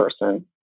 person